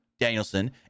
Danielson